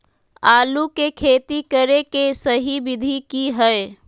आलू के खेती करें के सही विधि की हय?